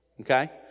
Okay